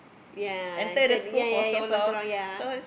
ya then ya ya for so long ya